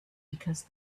because